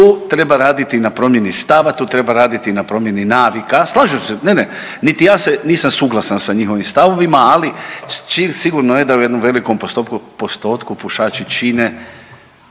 tu treba raditi na promjeni stava, tu treba raditi na promjeni navika, slažem se, ne, ne, niti ja se, nisam suglasan sa njihovim stavovima, ali sigurno da u jednom velikom postotku pušači čine